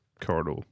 corridor